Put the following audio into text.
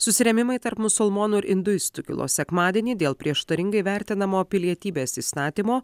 susirėmimai tarp musulmonų ir induistų kilo sekmadienį dėl prieštaringai vertinamo pilietybės įstatymo